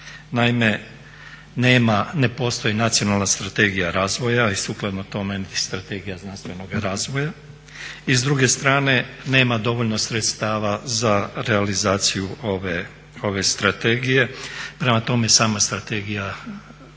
nema, ne postoji nacionalna strategija razvoja i sukladno tome niti strategija znanstvenoga razvoja. I s druge strane nema dovoljno sredstava za realizaciju ove strategije. Prema tome, sama strategija naprosto